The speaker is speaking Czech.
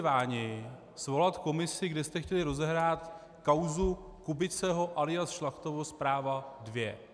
Váni svolat komisi, kde jste chtěli rozehrát kauzu Kubiceho alias Šlachtova zpráva dvě.